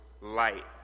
light